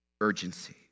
urgency